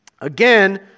Again